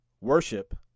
worship